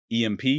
EMP